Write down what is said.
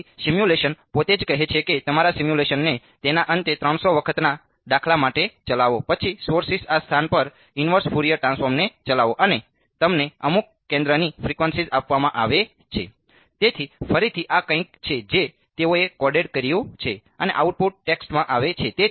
તેથી સિમ્યુલેશન પોતે જ કહે છે કે તમારા સિમ્યુલેશનને તેના અંતે 300 વખતના દાખલા માટે ચલાવો પછી સોર્સીસ આ સ્થાન પર ઇન્વર્સ ફોરિયર ટ્રાન્સફોર્મને ચલાવો અને તમને અમુક કેન્દ્રની ફ્રિકવન્સી આપવામાં આવે છે તેથી ફરીથી આ કંઈક છે જે તેઓએ કોડેડ કર્યું છે અને આઉટપુટ ટેક્સ્ટમાં આવે છે